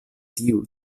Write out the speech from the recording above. tiu